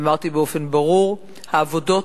אמרתי באופן ברור: העבודות,